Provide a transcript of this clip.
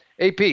AP